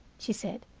she said,